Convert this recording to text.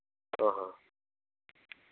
ఓహో